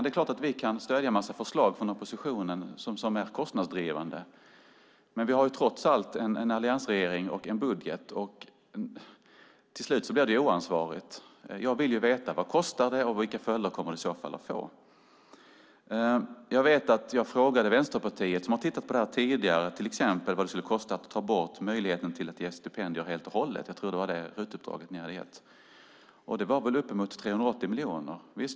Det är klart att vi kan stödja en massa förslag från oppositionen som är kostnadsdrivande, men vi har trots allt en alliansregering och en budget. Till slut blir det oansvarigt. Jag vill veta vad det kostar och vilka följder det kommer att få. Jag frågade Vänsterpartiet som tidigare har tittat på vad det skulle kosta att ta bort möjligheten att ge stipendier helt och hållet. Jag tror att det var det RUT-uppdraget ni hade gett. Det var nog uppemot 380 miljoner.